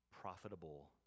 profitable